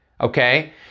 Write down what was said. okay